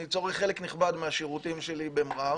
אני צורך חלק נכבד מהשירותים שלי במע'אר.